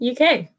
UK